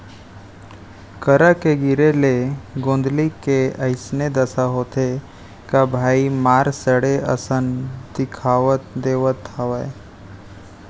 करा के गिरे ले गोंदली के अइसने दसा होथे का भइया मार सड़े असन दिखउल देवत हवय